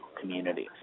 communities